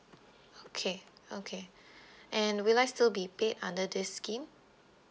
okay okay and will I still be paid under this scheme